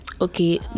Okay